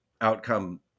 outcome